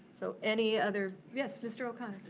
so any other, yes mr. o'connor.